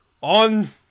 On